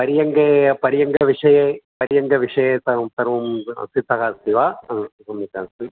पर्यङ्के पर्यङ्कविषये पर्यङ्कविषये स सर्वम् अभ्युपः अस्ति वा हा हा